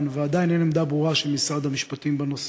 ועדיין אין עמדה ברורה של משרד המשפטים בנושא?